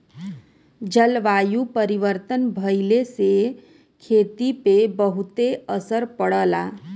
जलवायु परिवर्तन भइले से खेती पे बहुते असर पड़ला